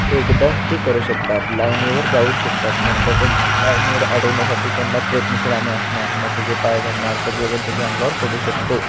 एकदम हे करू शकतात लाइनीवर जाऊ शकतात नंतर त्यांची लाईनीवर अडवण्यासाठी त्यांना प्रयत्नशिल आम्ही असणार मग त्याचे पाय धरणार सगळेजण त्याच्या अंगावर पडू शकतो